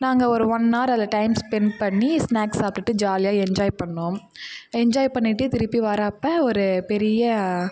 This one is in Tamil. நாங்கள் ஒரு ஒன் ஆர் அதில் டைம் ஸ்பென்ட் பண்ணி ஸ்னாக்ஸ் சாப்பிட்டு ஜாலியாக என்ஜாய் பண்ணிணோம் என்ஜாய் பண்ணிவிட்டு திருப்பி வரப்போ ஒரு பெரிய